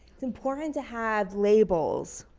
it's important to have labels